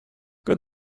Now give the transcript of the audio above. good